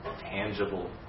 tangible